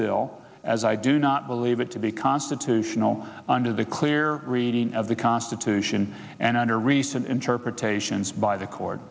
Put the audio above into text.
bill as i do not believe it to be constitutional under the clear reading of the constitution and under recent interpretations by the court